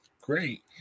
Great